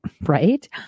right